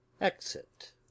Exit